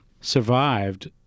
survived